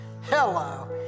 hello